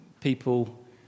people